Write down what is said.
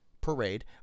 Parade